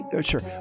Sure